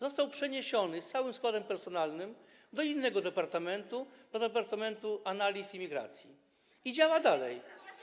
Został przeniesiony z całym składem personalnym do innego departamentu, do departamentu analiz i migracji, i działa dalej.